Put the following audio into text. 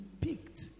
picked